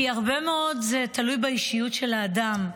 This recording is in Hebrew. כי הרבה מאוד תלוי באישיות של האדם,